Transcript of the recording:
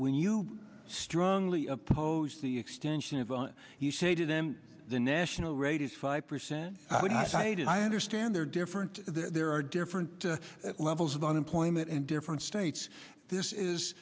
when you strongly oppose the extension of you say to them the national rate is five percent cited i understand they're different there are different levels of unemployment and different states this is